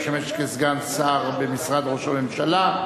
המשמשת כסגן שר במשרד ראש הממשלה.